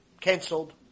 cancelled